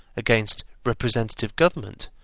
against representative government,